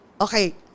Okay